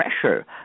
pressure